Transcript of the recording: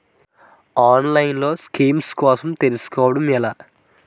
ఆన్లైన్లో స్కీమ్స్ కోసం తెలుసుకోవడం ఎలా?